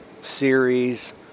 series